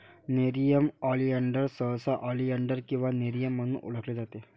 nerium oleander सहसा oleander किंवा nerium म्हणून ओळखले जाते